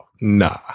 Nah